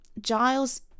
Giles